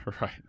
Right